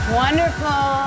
Wonderful